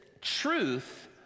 truth